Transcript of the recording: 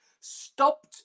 Stopped